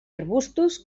arbustos